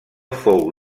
fou